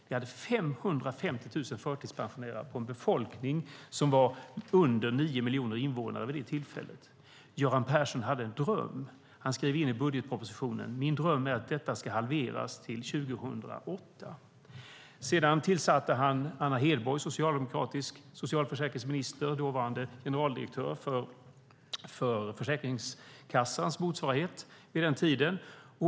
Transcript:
Vi hade 550 000 förtidspensionerade av en befolkning som då var under 9 miljoner invånare. Göran Persson hade en dröm. I budgetpropositionen då skrev han in: Min dröm är att detta ska halveras till 2008. Sedan tillsatte han Anna Hedborg - socialdemokratisk sjukförsäkringsminister och även generaldirektör för Försäkringskassans motsvarighet på den tiden - som utredare.